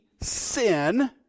sin